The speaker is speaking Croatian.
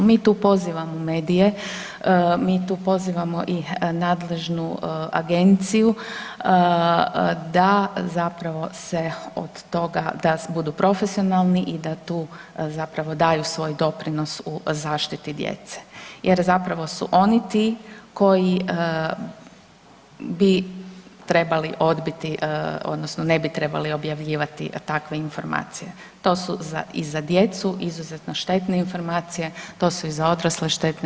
Mi tu pozivamo medije, mi tu pozivamo i nadležnu agenciju da se od toga da budu profesionalni i da tu daju svoj doprinos u zaštiti djece jer zapravo su oni ti koji bi trebali odbiti odnosno ne bi trebali objavljivati takve informacije, to su i za djecu izuzetno štetne informacije, to su i za odrasle štetne.